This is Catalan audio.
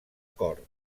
cor